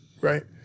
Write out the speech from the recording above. right